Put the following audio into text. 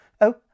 Oh